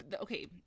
Okay